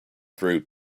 through